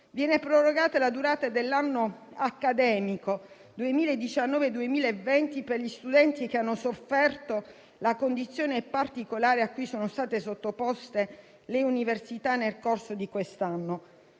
Viene prorogata la durata dell'anno accademico 2019-2020 per gli studenti che hanno sofferto la condizione particolare cui sono state sottoposte le università nel corso di quest'anno.